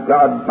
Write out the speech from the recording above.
God